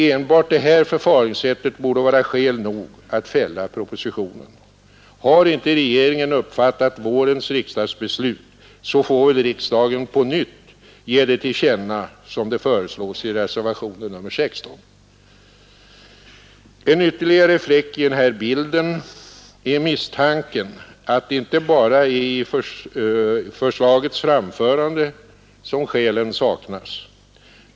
Enbart detta förfaringssätt borde vara skäl nog att fälla propositionen. Har inte regeringen uppfattat vårens riksdagsbeslut, så får väl riksdagen på nytt ge det till känna som det föreslås i reservationen 16. En ytterligare fläck i den här bilden är misstanken att det inte bara är i förslagets framförande som skälen saknas.